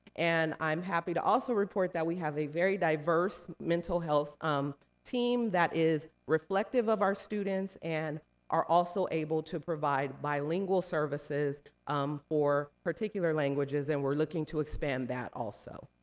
and i'm happy to also report that we have a very diverse mental health um team that is reflective of our students, and are also able to provide bilingual services um for particular languages, and we're looking to expand that, also.